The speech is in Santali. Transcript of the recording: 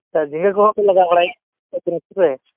ᱪᱮᱫ ᱡᱷᱤᱸᱜᱟ ᱠᱚᱦᱚᱸ ᱯᱮ ᱞᱟᱜᱟᱣ ᱛᱚᱵᱮ